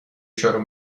شروع